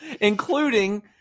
including